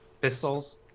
pistols